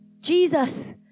Jesus